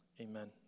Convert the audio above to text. Amen